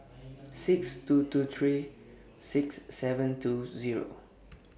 six two two three six seven two Zero